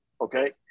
okay